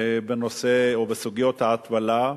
בנושא או בסוגיות ההתפלה.